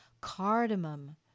cardamom